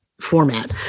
format